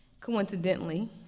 Coincidentally